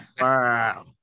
Wow